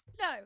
No